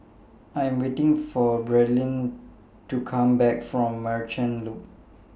I Am waiting For Bradyn to Come Back from Merchant Loop